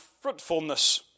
fruitfulness